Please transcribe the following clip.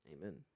Amen